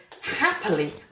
happily